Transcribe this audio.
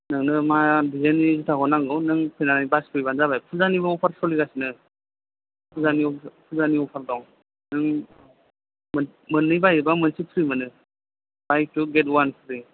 नोंनो मा डिजाइननि जुथाखौ नांगौ नों फैनानै बासि फैब्लानो जाबाय फुजानि अफार सोलिगासिनो फुजानि अफार फुजानि अफार दं नों मोन मोननै बायोब्ला मोनसे फ्रि मोनो buy two get one free